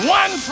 one